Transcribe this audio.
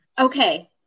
okay